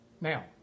Now